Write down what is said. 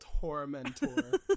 Tormentor